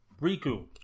Riku